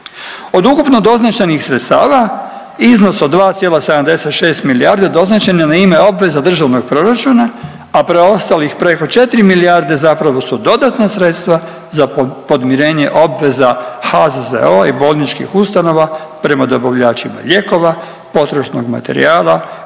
Od ukupno doznačenih sredstava iznos od 2,76 milijardi doznačen je na ime obveza državnog proračuna, a preostalih preko 4 milijarde zapravo su dodatna sredstva za podmirenje obveza HZZO-a i bolničkih ustanova prema dobavljačima lijekova, potrošnog materijala